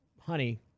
honey